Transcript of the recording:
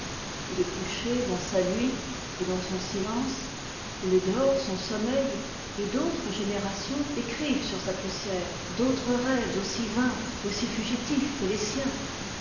il est couché dans sa nuit et dans son silence il dort son sommeil et d'autres générations écrivent sur sa poussière d'autres rêves aussi vains aussi fugitifs que les siens